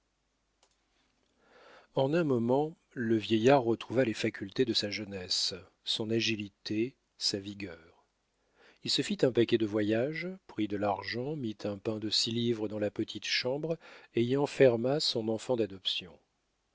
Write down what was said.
en un moment le vieillard retrouva les facultés de sa jeunesse son agilité sa vigueur il se fit un paquet de voyage prit de l'argent mit un pain de six livres dans la petite chambre et y enferma son enfant d'adoption